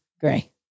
gray